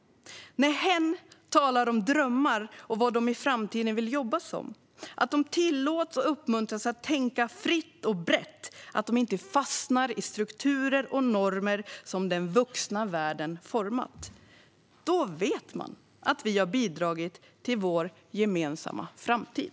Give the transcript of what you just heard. När de talar om drömmar och vad de i framtiden vill jobba som, och när de tillåts och uppmuntras att tänka fritt och brett, så att de inte fastnar i strukturer och normer som den vuxna världen format - då vet man att vi har bidragit till vår gemensamma framtid.